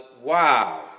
wow